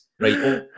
right